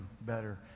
better